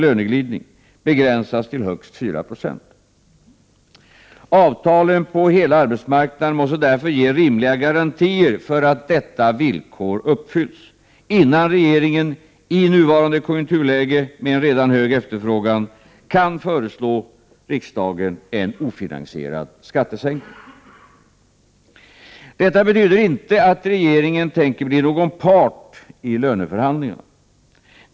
löneglidningen, begränsas till högst 4 26. Avtalen på hela arbetsmarknaden måste därför ge rimliga garantier för att detta villkor uppfylls, innan regeringen i nuvarande konjunkturläge med en redan stor efterfrågan kan föreslå riksdagen en ofinansierad skattesänkning. Detta betyder inte att regeringen tänker bli någon part i löneförhandlingarna.